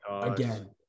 again